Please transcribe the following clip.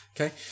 Okay